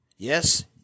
Yes